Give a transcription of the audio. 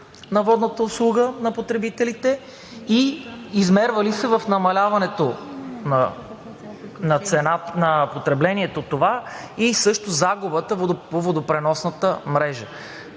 на водната услуга на потребителите. Това измерва ли се в намаляването на потреблението и също загубата по водопреносната мрежа?